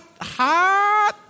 hot